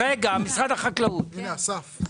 מה השאלה,